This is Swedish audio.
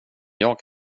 jag